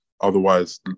otherwise